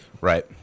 Right